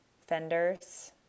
fenders